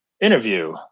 interview